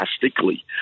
drastically